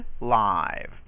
live